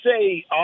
say